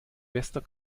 bester